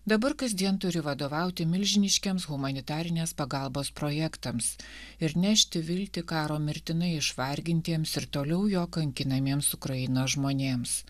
dabar kasdien turi vadovauti milžiniškiems humanitarinės pagalbos projektams ir nešti viltį karo mirtinai išvargintiems ir toliau jo kankinamiems ukrainos žmonėms